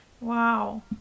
Wow